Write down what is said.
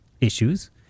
issues